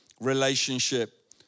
relationship